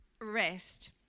rest